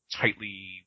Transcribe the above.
tightly